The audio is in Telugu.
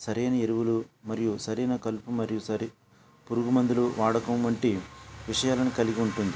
సరైన ఎరువులు మరియు సరైన కలుపు మరియు సరి పురుగు మందుల వాడకం వంటి విషయాలను కలిగి ఉంటుంది